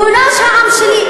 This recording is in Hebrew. גורש העם שלי.